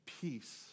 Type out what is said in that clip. peace